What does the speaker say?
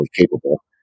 capable